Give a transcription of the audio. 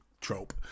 trope